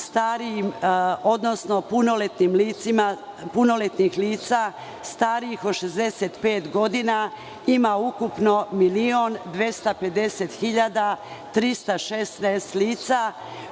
starijih od 65 godina ima ukupno 1.250.316 lica,